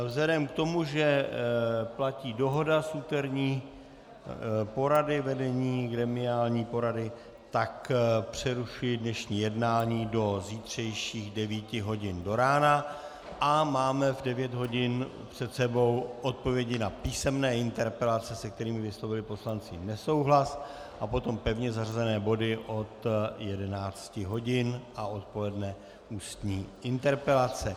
Vzhledem k tomu, že platí dohoda z úterní gremiální porady vedení, tak přerušuji dnešní jednání do zítřejších 9 hodin do rána a máme v 9 hodin před sebou odpovědi na písemné interpelace, se kterými vyslovili poslanci nesouhlas, a potom pevně zařazené body od 11 hodin a odpoledne ústní interpelace.